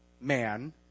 Man